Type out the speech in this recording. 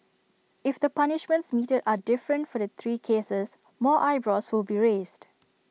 if the punishments meted are different for the three cases more eyebrows will be raised